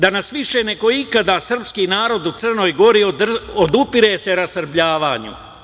Danas više nego ikada srpski narod u Crnoj Gori odupire se rasrbljavanju.